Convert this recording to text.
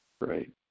Right